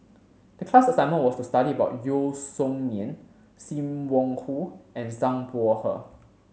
the class assignment was to study about Yeo Song Nian Sim Wong Hoo and Zhang Bohe